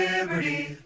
Liberty